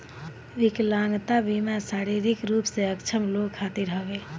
विकलांगता बीमा शारीरिक रूप से अक्षम लोग खातिर हवे